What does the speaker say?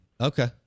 okay